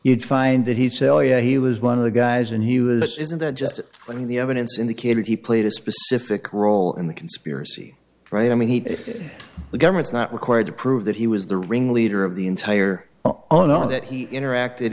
you'd find that he said oh yeah he was one of the guys and he was isn't that just when the evidence indicated he played a specific role in the conspiracy right i mean he the government's not required to prove that he was the ringleader of the entire oh no that he interacted